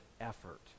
effort